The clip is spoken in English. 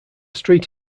street